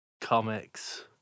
comics